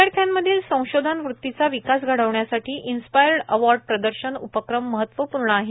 विदयार्थ्यांतील संशोधन वृत्तीचा विकास घडविण्यासाठी इन्स्पायर्ड अवॉर्ड प्रदर्शन उपक्रम महत्वपूर्ण आहे